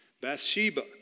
Bathsheba